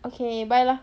okay bye lah